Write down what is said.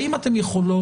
האם אתן יכולות,